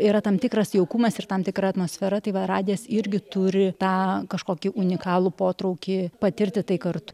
yra tam tikras jaukumas ir tam tikra atmosfera tai va radijas irgi turi tą kažkokį unikalų potraukį patirti tai kart